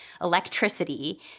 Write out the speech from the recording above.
electricity